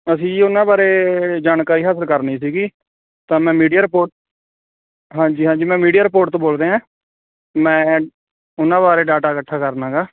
ਅਸੀਂ ਜੀ ਉਹਨਾਂ ਬਾਰੇ ਜਾਣਕਾਰੀ ਹਾਸਿਲ ਕਰਨੀ ਸੀਗੀ ਤਾਂ ਮੈਂ ਮੀਡੀਆ ਰਿਪੋਰਟ ਹਾਂਜੀ ਹਾਂਜੀ ਮੈਂ ਮੀਡੀਆ ਰਿਪੋਰਟ ਤੋਂ ਬੋਲ ਰਿਹਾ ਮੈਂ ਉਹਨਾਂ ਬਾਰੇ ਡਾਟਾ ਇਕੱਠਾ ਕਰਨਾ ਗਾ